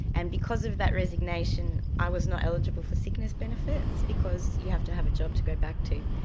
and because of that resignation i was not eligible for sickness benefits because you have to have a job to go back to.